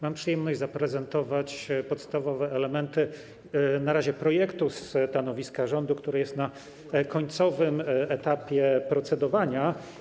Mam przyjemność zaprezentować podstawowe elementy projektu stanowiska rządu, który jest na końcowym etapie procedowania.